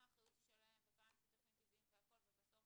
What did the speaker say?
האחריות היא שלהם וכמה הם שותפים טבעיים ובסוף